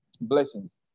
blessings